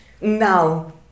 now